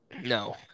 no